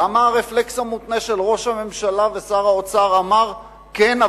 למה הרפלקס המותנה של ראש הממשלה ושר האוצר אמר כן,